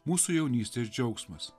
mūsų jaunystės džiaugsmas